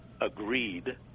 agreed